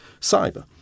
cyber